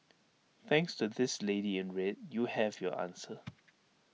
thanks to this lady in red you have your answer